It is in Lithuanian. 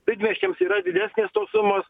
didmiesčiams yra didesnės tos sumos